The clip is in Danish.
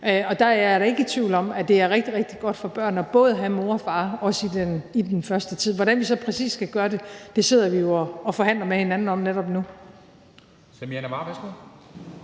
Og der er jeg da ikke i tvivl om at det er rigtig, rigtig godt for børn både at have mor og far også i den første tid. Hvordan vi så præcis skal gøre det, sidder vi jo og forhandler med hinanden om netop nu.